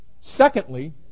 Secondly